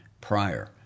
prior